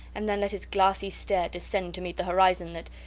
and then let his glassy stare descend to meet the horizon that,